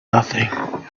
nothing